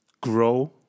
grow